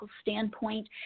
standpoint